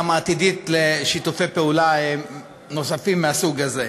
עתידית לשיתופי פעולה נוספים מהסוג הזה.